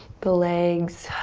the legs,